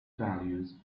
values